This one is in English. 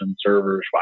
servers